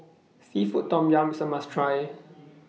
Seafood Tom Yum IS A must Try